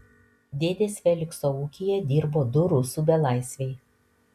dėdės felikso ūkyje dirbo du rusų belaisviai